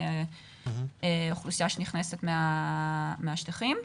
בקרב האוכלוסייה הבגירה לחזור למה שאמרתי על המשטרה קודם לכן.